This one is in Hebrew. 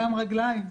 גם רגליים.